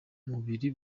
mubiri